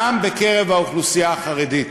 גם בקרב האוכלוסייה החרדית.